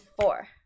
four